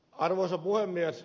arvoisa puhemies